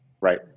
Right